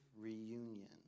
reunion